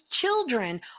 children